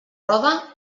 rode